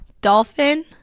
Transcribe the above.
Dolphin